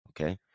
Okay